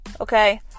okay